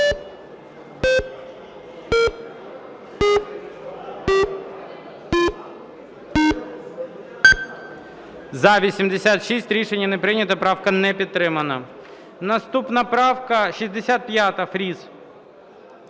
За-86 Рішення не прийнято. Правка не підтримана. Наступна правка 65, Фріс.